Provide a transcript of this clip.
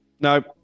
No